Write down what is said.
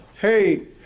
Hey